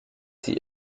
sie